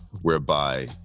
whereby